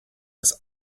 das